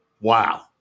Wow